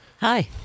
Hi